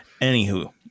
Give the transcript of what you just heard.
Anywho